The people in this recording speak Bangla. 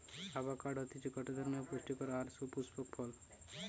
আভাকাড হতিছে গটে ধরণের পুস্টিকর আর সুপুস্পক ফল